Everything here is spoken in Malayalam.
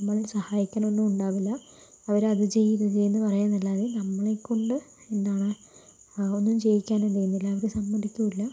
നമ്മളെ സഹായിക്കാനൊന്നുമുണ്ടാകില്ല അവരത് ചെയ് ഇത് ചെയ് എന്ന് പറയുകയെന്നല്ലാതെ നമ്മളെ കൊണ്ട് എന്താണ് ഒന്നും ചെയ്യിക്കാനും എന്തു ചെയ്യുന്നില്ല അവർ സമ്മതിക്കില്ല